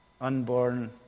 unborn